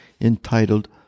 entitled